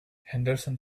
henderson